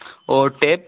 और टेप